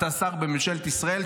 אתה שר בממשלת ישראל?